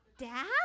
Dad